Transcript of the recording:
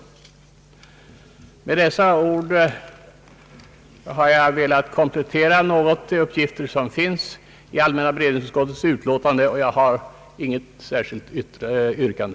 Med dessa ord har jag något velat komplettera de uppgifter som finns i allmänna beredningsutskottets utlåtande. Jag har inget särskilt yrkande.